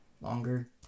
longer